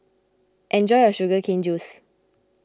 enjoy your Sugar Cane Juice